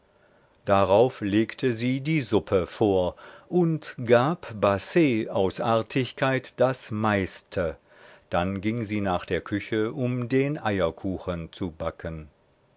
darauf legte sie die suppe vor und gab basset aus artigkeit das meiste dann ging sie nach der küche um den eierkuchen zu backen